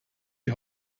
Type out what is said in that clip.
die